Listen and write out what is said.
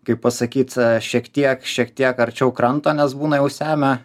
kaip pasakyt šiek tiek šiek tiek arčiau kranto nes būna jau semia